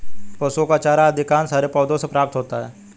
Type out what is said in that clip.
पशुओं का चारा अधिकांशतः हरे पौधों से प्राप्त होता है